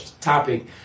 topic